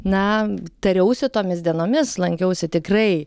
na tariausi tomis dienomis lankiausi tikrai